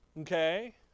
okay